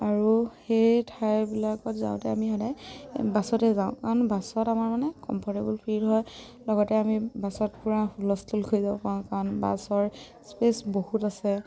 আৰু সেই ঠাইবিলাকত যাওঁতে আমি সদায় বাছতে যাওঁ কাৰণ বাছত আমাৰ মানে কমফৰ্টেবুল ফিল হয় লগতে আমি বাছত পূৰা হুলস্থুল কৰি যাব পাৰোঁ কাৰণ বাছৰ স্পেচ বহুত আছে